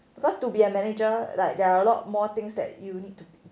because to be a manager like there are a lot more things that you need to need to